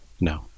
No